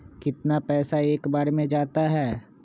कितना पैसा एक बार में जाता है?